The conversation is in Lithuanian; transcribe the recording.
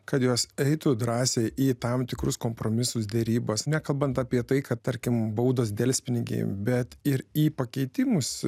kad jos eitų drąsiai į tam tikrus kompromisus derybos nekalbant apie tai kad tarkim baudos delspinigiai bet ir į pakeitimus